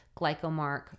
glycomark